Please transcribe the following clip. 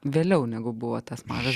vėliau negu buvo tas mažas